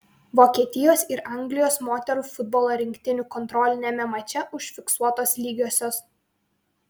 vokietijos ir anglijos moterų futbolo rinktinių kontroliniame mače užfiksuotos lygiosios